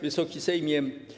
Wysoki Sejmie!